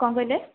କ'ଣ କହିଲେ